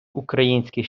український